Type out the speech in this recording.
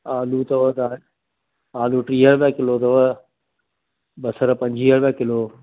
आलू तव आलू टीह रुपिए किलो अथव बसरि पंजुवीह रुपिए किलो